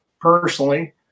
personally